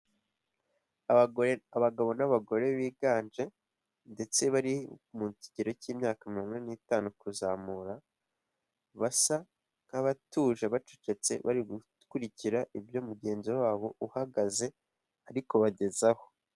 Abagore, abagabo n'abagore biganje ndetse bari mu kigero cy'imyaka mirongo ine n'itanu kuzamura, basa nk'abatuje bacecetse bari gukurikira ibyo mugenzi wabo uhagaze ariko bagezaho.